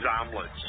omelets